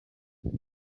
eight